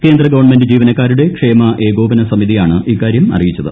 കേന്ദ്ര ഗവൺമെന്റ് ജീവനക്കാരുടെ ക്ഷേമ ഏകോപന സമിതിയാണ് ഇക്കാര്യം അറിയിച്ചത്